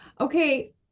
Okay